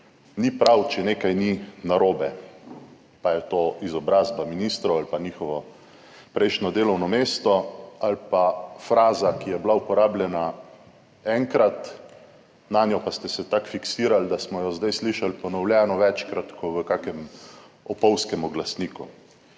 ni prav, če nekaj ni narobe, pa je to izobrazba ministrov ali pa njihovo prejšnje delovno mesto ali pa fraza, ki je bila uporabljena enkrat, nanjo pa ste se tako fiksirali, da smo jo zdaj slišali ponovljeno večkrat kot v kakem opolzkem glasniku.